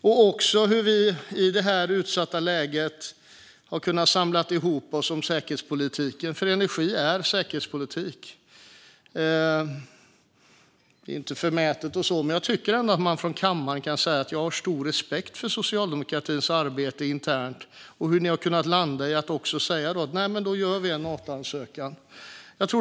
Vi har också kunnat samla ihop oss när det gäller säkerhetspolitiken, för energi är säkerhetspolitik. Jag har stor respekt för socialdemokratins interna arbete där man nu har landat i att en Natoansökan ska göras.